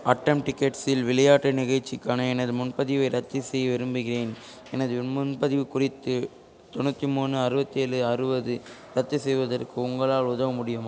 அட்டம் டிக்கெட்ஸில் விளையாட்டு நிகழ்ச்சிக்கான எனது முன்பதிவை ரத்து செய்ய விரும்புகிறேன் எனது முன்பதிவு குறிப்பு தொண்ணூற்றி மூணு அறுபத்தி ஏழு அறுபது ரத்து செய்வதற்கு உங்களால் உதவ முடியும்